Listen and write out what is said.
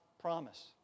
promise